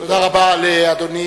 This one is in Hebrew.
תודה רבה לאדוני.